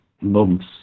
months